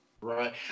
Right